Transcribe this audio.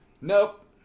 nope